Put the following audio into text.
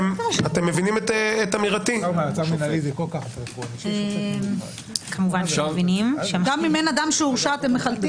בשנייה שקיבלת החלטה כפרקליט מחוז אמרנו שגם נוסיף שסמכות זו לא ניתנת